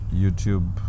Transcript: YouTube